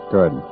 Good